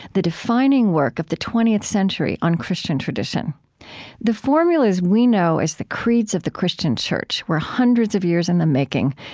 the defining work of the twentieth century, on christian tradition the formulas we know as the creeds of the christian church were hundreds of years in the making,